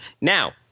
Now –